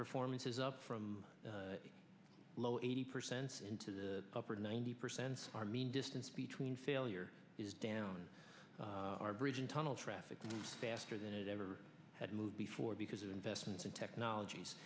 performance is up from the low eighty percent into the upper ninety percent are mean distance between failure is down our bridge and tunnel traffic faster than it ever had moved before because of investments in technologies